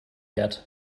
yet